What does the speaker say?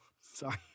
Sorry